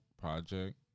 project